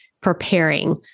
preparing